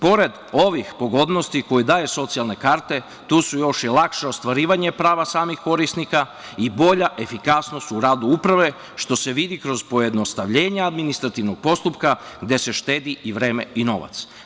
Pored ovih pogodnosti koje daje socijalne karte, tu su još i lakše ostvarivanje prava samih korisnika i bolja efikasnost u radu uprave, što se vidi kroz pojednostavljenja administrativnog postupka, gde se štedi i vreme i novac.